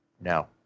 No